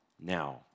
now